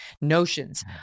notions